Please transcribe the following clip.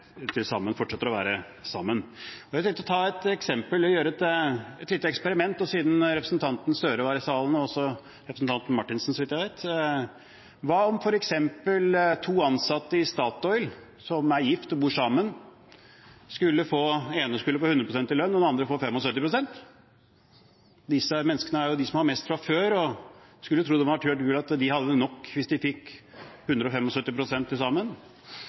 være sammen. Nå har jeg tenkt å ta et eksempel, et lite eksperiment – siden representanten Gahr Støre var i salen, og også representanten Marthinsen, så vidt jeg vet: Hva om man tok f.eks. to ansatte i Statoil, som er gift og bor sammen, og ga den ene 100 pst. i lønn, og den andre skulle få 75 pst.? Disse menneskene er jo blant dem som har mest fra før, og man skulle jo tro at de hadde nok hvis de fikk 175 pst. til sammen?